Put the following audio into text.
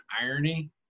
irony